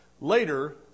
Later